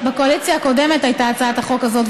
שבקואליציה הקודמת הייתה הצעת החוק הזאת,